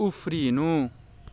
उफ्रिनु